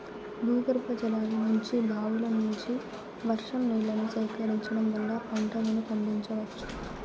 భూగర్భజలాల నుంచి, బావుల నుంచి, వర్షం నీళ్ళను సేకరించడం వల్ల పంటలను పండించవచ్చు